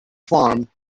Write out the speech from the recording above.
farm